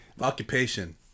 Occupation